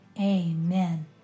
amen